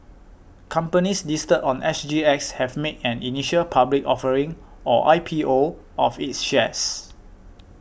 companies listed on S G X have made an initial public offering or I P O of its shares